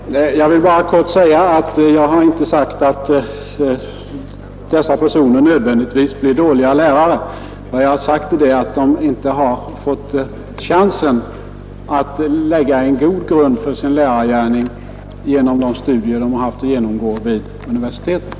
Fru talman! Jag vill helt kort påpeka att jag inte har sagt att dessa personer nödvändigtvis blir dåliga lärare. Vad jag har sagt är att de inte har fått chansen att lägga en god grund för sin lärargärning genom de studier de haft att genomgå vid universiteten.